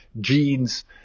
genes